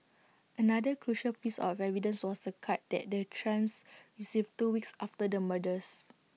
another crucial piece of evidence was A card that the trans received two weeks after the murders